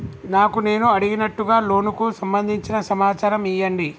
నాకు నేను అడిగినట్టుగా లోనుకు సంబందించిన సమాచారం ఇయ్యండి?